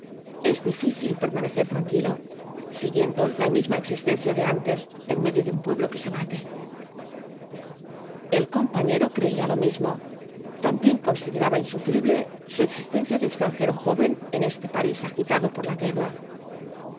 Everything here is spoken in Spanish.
es difícil permanecer tranquilo siguiendo la misma existencia de antes en medio de un pueblo que se bate el compañero creía lo mismo también consideraba insufrible su existencia de extranjero joven en este parís agitado por la guerra